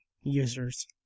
users